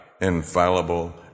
infallible